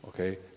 Okay